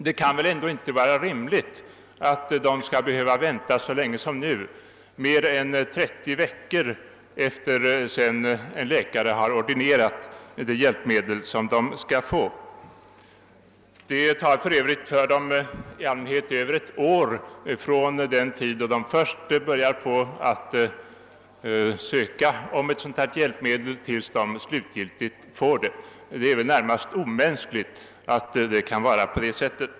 De skall inte behöva vänta på att få av läkare ordinerade hjälpmedel mer än 30 veckor efter ordinationen. För övrigt tar det i allmänhet över ett år från det man först börjat ansöka om ett hjälpmedel tills man slutligen får det. Det är närmast omänskligt att det skall vara så.